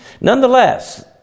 Nonetheless